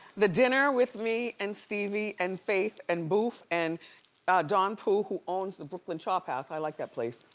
the dinner with me and stevie and faith, and boof, and don pooh, owns the brooklyn chop house, i like that place.